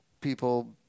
people